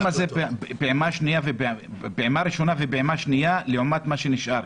--- כמה זה פעימה ראשונה ופעימה שנייה לעומת מה שנשאר,